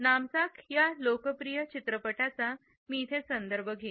नामसाक या लोकप्रिय चित्रपटाचा मी इथे संदर्भ घेईन